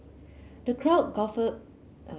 the crowd guffawed